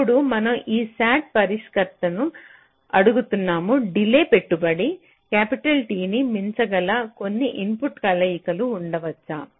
ఇప్పుడు మనం ఈ SAT పరిష్కర్త ను అడుగుతున్నాము డిలే పెట్టుబడి T ని మించగల కొన్ని ఇన్పుట్ కలయికలు ఉండవచ్చా